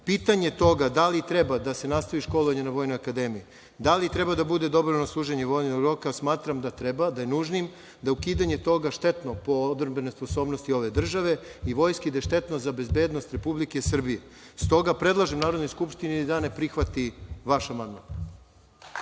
Pitanje toga da li treba da se nastavi školovanje na Vojnoj akademiji, da li treba da bude dobrovoljno služenje vojnog roka, smatram da treba, da je nužno, da je ukidanje toga štetno po odbrambene sposobnosti ove države i vojske i da je štetno za bezbednost Republike Srbije. Stoga predlažem Narodnoj skupštini da ne prihvati vaš amandman.